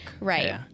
right